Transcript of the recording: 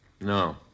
No